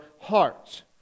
hearts